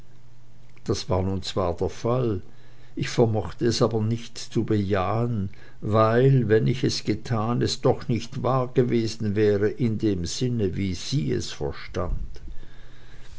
das war nun zwar der fall ich vermochte es aber nicht zu bejahen weil wenn ich es getan es doch nicht wahr gewesen wäre in dem sinne wie sie es verstand